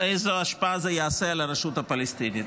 איזו השפעה זה יעשה על הרשות הפלסטינית.